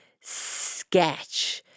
sketch